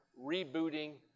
rebooting